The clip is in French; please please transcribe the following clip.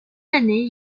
année